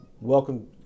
welcome